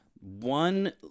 one